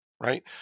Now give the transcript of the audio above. right